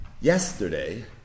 yesterday